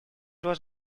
was